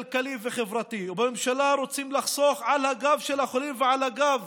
כלכלי וחברתי ובממשלה רוצים לחסוך על הגב של החולים ועל הגב